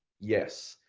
yes.